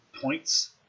points